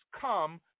come